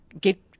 get